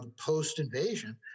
post-invasion